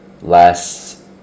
last